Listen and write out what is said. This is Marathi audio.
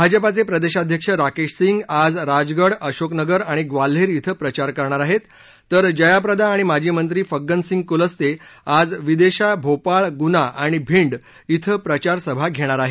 भाजपाचे प्रदेशाध्यक्ष राकेश सिंग आज राजगड अशोक नगर आणि म्वाल्हेर शें प्रचार करणार आहेत तर जयाप्रदा आणि माजी मंत्री फग्गनसिंग कोलास्ते आज विदेशा भोपाळ गुना आणि भिंड कें प्रचारसभा घेणार आहेत